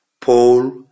Paul